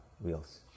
wheels